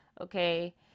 okay